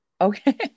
okay